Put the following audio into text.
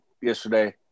yesterday